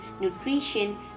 nutrition